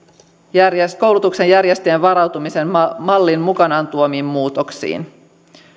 koulutuksen järjestäjän varautumisen mallin mallin mukanaan tuomiin muutoksiin